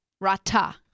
Rata